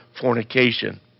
fornication